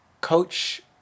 coach